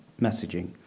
messaging